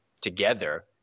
together